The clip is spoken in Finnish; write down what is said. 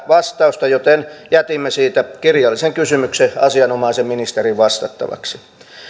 vastausta joten jätimme siitä kirjallisen kysymyksen asianomaisen ministerin vastattavaksi